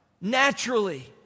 Naturally